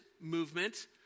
movement